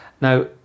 Now